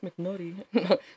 McNulty